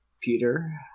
Peter